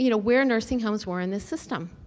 you know where nursing homes were in the system.